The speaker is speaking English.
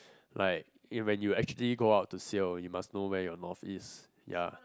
like you when you actually go out to sail you must know where your north is ya